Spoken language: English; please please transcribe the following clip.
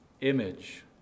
image